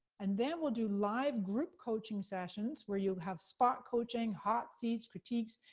and then we'll do live group coaching sessions, where you'll have spot coaching, hot seats, critiques,